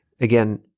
Again